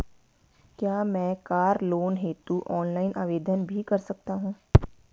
क्या मैं car loan हेतु ऑनलाइन आवेदन भी कर सकता हूँ?